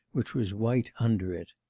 which was white under it.